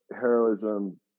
heroism